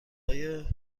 های